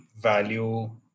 value